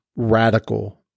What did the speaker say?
Radical